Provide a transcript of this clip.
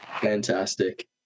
Fantastic